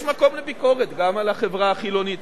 יש מקום לביקורת גם על החברה החילונית,